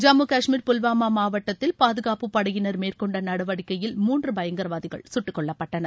ஜம்மு காஷ்மீர் புல்வாமா மாவட்டத்தில் பாதுகாப்புப் படையினர் மேற்கொண்ட நடவடிக்கையில் மூன்று பயங்கரவாதிகள் சுட்டுக் கொல்லப்பட்டனர்